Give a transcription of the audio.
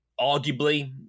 arguably